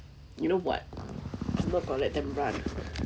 you know what what about let them run